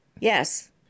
yes